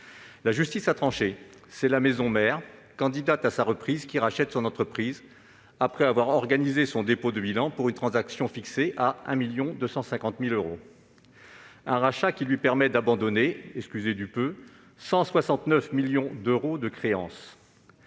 La justice a tranché : c'est la maison mère, candidate à sa reprise, qui rachète son entreprise, après avoir organisé son dépôt de bilan pour une transaction fixée à 1,25 million d'euros. Ce rachat lui permet d'abandonner- excusez du peu -169 millions d'euros de créances